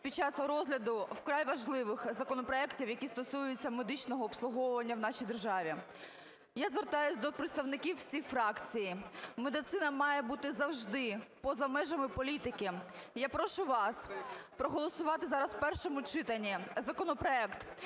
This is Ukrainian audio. під час розгляду вкрай важливих законопроектів, які стосуються медичного обслуговування в нашій державі. Я звертаюсь до представників всіх фракцій. Медицина має бути завжди поза межами політики. Я прошу вас проголосувати зараз в першому читанні законопроект,